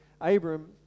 Abram